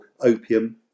Opium